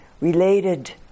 related